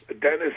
dennis